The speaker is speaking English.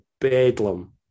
Bedlam